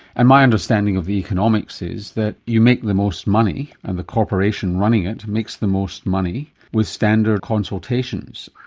and my understanding of the economics is that you make the most money, and the corporation running it makes the most money, with standard consultations.